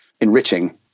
enriching